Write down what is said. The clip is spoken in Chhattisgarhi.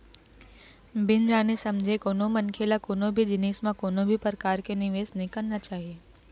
बिन जाने समझे कोनो मनखे ल कोनो भी जिनिस म कोनो भी परकार के निवेस नइ करना चाही